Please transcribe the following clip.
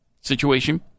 situation